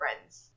friends